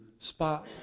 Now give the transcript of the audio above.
Spot